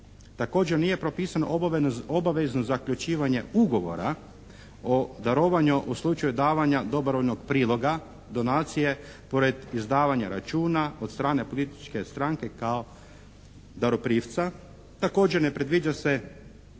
Također nije propisano obavezno zaključivanje ugovora o darovanju u slučaju davanja dobrovoljnog priloga, donacije pored izdavanja računa od strane političke stranke kao daroprimca. Također ne predviđa se